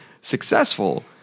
successful